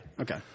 Okay